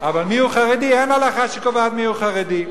אבל מיהו חרדי, אין הלכה שקובעת מיהו חרדי.